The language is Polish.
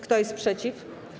Kto jest przeciw?